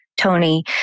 Tony